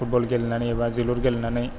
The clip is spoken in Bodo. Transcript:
फुटबल गेलेनानै एबा जोलुर गेलेनानै